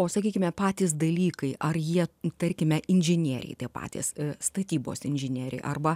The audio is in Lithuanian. o sakykime patys dalykai ar jie tarkime inžinieriai tie patys statybos inžinieriai arba